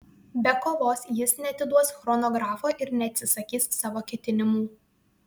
be kovos jis neatiduos chronografo ir neatsisakys savo ketinimų